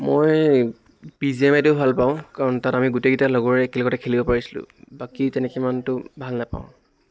মই B G M I টো ভাল পাওঁ কাৰণ তাত আমি গোটেইকেইটা লগৰে একেলগতে খেলিব পাৰিছিলোঁ বাকী তেনেকে সিমানটো ভাল নাপাওঁ